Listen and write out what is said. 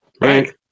Right